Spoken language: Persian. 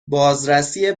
بازرسی